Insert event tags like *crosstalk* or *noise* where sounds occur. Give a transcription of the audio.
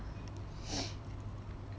*noise*